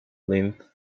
lymph